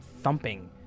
thumping